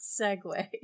segue